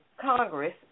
Congress